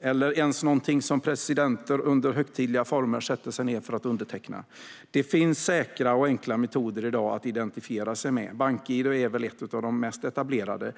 eller ens något som presidenter sätter sig ned under högtidliga former för att underteckna. Det finns i dag säkra metoder att identifiera sig med. Bank-id är väl en av de mest etablerade.